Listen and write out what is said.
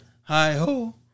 hi-ho